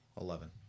eleven